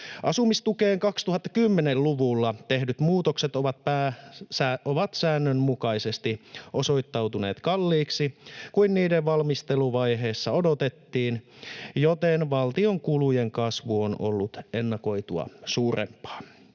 Asumistukeen 2010-luvulla tehdyt muutokset ovat säännönmukaisesti osoittautuneet kalliimmaksi kuin niiden valmisteluvaiheessa odotettiin, joten valtion kulujen kasvu on ollut ennakoitua suurempaa.